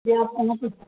تو اس کا مطلب